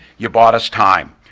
you bought us time.